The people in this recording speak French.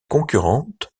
concurrentes